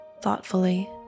thoughtfully